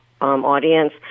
audience